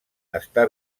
està